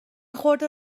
خورده